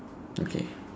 okay